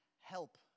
help